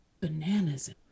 bananas